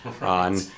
on